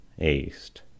east